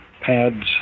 pads